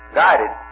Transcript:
guided